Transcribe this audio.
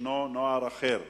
ישנו נוער אחר,